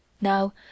Now